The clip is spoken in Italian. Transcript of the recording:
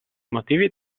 motivi